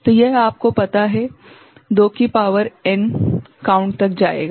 तो यह आपको पता है 2 की शक्ति n काउंट तक जाएगा